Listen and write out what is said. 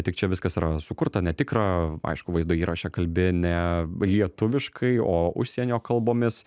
tik čia viskas yra sukurta netikra aišku vaizdo įraše kalbi ne lietuviškai o užsienio kalbomis